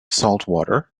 saltwater